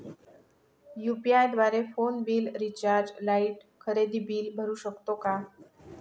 UPI द्वारे phone bill, recharge, light, खरेदी bill भरू शकतो का?